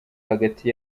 hagati